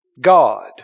God